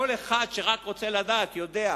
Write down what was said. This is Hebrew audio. כל אחד שרק רוצה לדעת יודע.